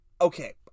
okay